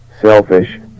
selfish